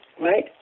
right